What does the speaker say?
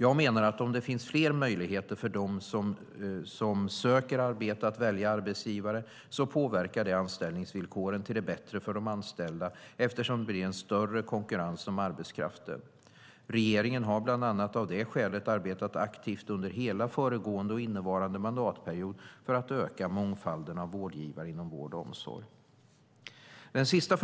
Jag menar att om det finns fler möjligheter för dem som söker arbete att välja arbetsgivare påverkar det anställningsvillkoren till det bättre för de anställda eftersom det blir en större konkurrens om arbetskraften. Regeringen har bland annat av det skälet arbetat aktivt under hela föregående och innevarande mandatperiod för att öka mångfalden av vårdgivare inom vård och omsorg. Den sista